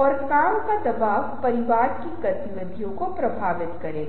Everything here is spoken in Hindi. अर्जुन का रवैया भगवान कृष्ण द्वारा दो घंटे की अवधि में बदल दिया गया था